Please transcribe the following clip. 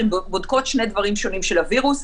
הן בודקות שני דברים שונים של הווירוס.